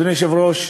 אדוני היושב-ראש,